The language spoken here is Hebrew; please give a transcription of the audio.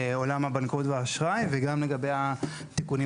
לעולם הבנקאות והאשראי וגם לגבי התיקונים